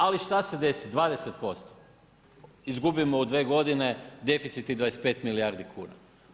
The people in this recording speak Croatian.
Ali šta se desi 20%, izgubimo u dvije godine deficit … 25 milijardi kuna.